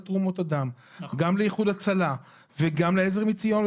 תרומות הדם גם לאיחוד הצלה וגם לעזר מציון,